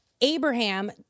Abraham